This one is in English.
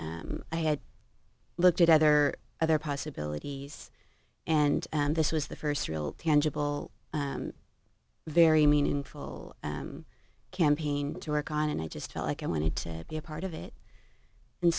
d i had looked at other other possibilities and this was the first real tangible very meaningful campaign to work on and i just felt like i wanted to be a part of it and